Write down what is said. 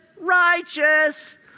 righteous